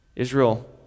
Israel